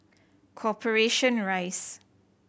Corporation Rise